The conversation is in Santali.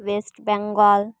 ᱳᱭᱮᱴ ᱵᱮᱝᱜᱚᱞ